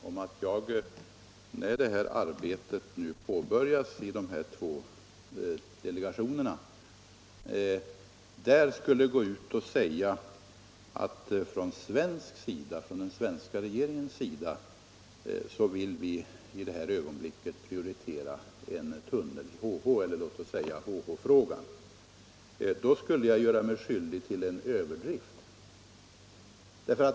Om jag, när arbetet påbörjas i dessa två delegationer, skulle säga att från den svenska regeringens sida vill vi i detta ögonblick prioritera en tunnel — eller låt oss säga HH-frågan — skulle jag göra mig skyldig till en överdrift.